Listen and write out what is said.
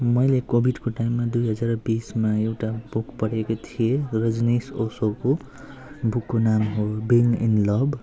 मैले कोविडको टाइममा दुई हजार बिसमा एउटा बुक पढेको थिएँ रजनीस ओसोको बुकको नाम हो बिइङ इन लभ